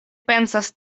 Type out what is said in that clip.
pensas